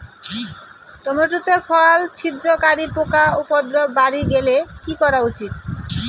Tomato তে ফল ছিদ্রকারী পোকা উপদ্রব বাড়ি গেলে কি করা উচিৎ?